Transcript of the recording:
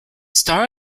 star